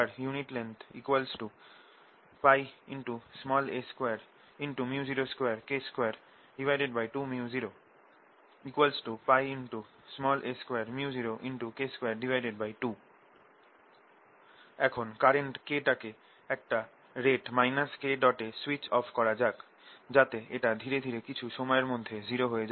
B µ0K energy storedlength a2µ02K22µ0 a2µ0K22 এখন current K টাকে একটা রেট K এ সুইচ অফ করা যাক যাতে এটা ধিরে ধিরে কিছু সময়ের মধ্যে 0 হয়ে যায়